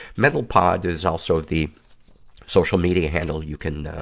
mentalpod is also the social media handle you can, ah,